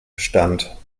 bestand